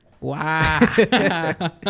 wow